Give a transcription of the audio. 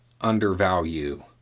undervalue